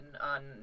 on